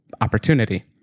opportunity